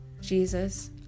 Jesus